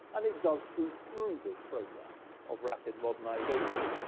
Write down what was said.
and it does through through this program of rapid modernization,